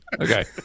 Okay